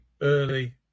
early